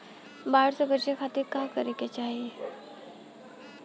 बाढ़ से बचे खातिर का करे के चाहीं?